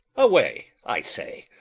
away, i say.